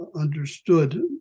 understood